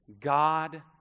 God